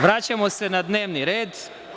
Vraćamo se na dnevni red.